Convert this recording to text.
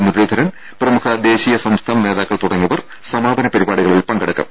മുരളീധരൻ പ്രമുഖ ദേശീയ സംസ്ഥാന നേതാക്കൾ തുടങ്ങിയവർ പരിപാടികളിൽ പങ്കെടുക്കും